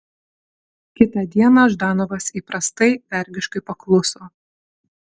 kitą dieną ždanovas įprastai vergiškai pakluso